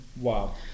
Wow